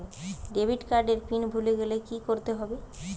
Debit card এর pin ভুলে গেলে কি করতে হবে?